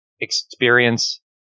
experience